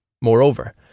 Moreover